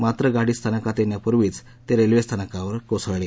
मात्र गाडी स्थानकात येण्यापूर्वीच ते रेल्वे स्थानकावर कोसळले